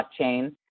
blockchain